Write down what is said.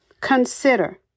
consider